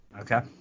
Okay